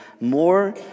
more